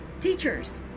teachers